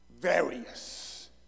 various